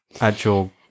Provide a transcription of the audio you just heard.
actual